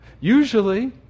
Usually